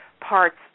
parts